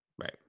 Right